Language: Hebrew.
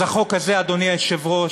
אז החוק הזה, אדוני היושב-ראש,